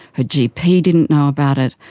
her gp didn't know about it,